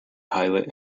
pilot